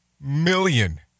million